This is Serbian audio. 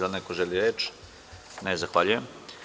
Da li neko želi reč? (Ne.) Zahvaljujem.